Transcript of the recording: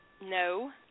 No